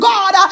God